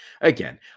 Again